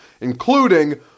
including